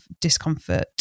discomfort